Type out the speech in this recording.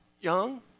Young